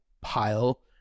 pile